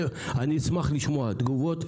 אני אשמח לשמוע תגובות,